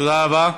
תודה רבה.